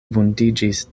vundiĝis